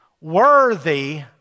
worthy